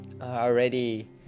already